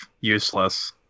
useless